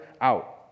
out